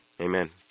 Amen